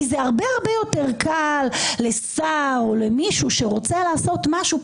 כי הרבה-הרבה יותר קל לשר או למישהו שרוצה לעשות משהו,